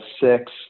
six